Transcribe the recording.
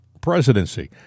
presidency